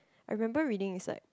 I remember reading is like